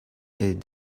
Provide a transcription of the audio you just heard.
est